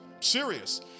Serious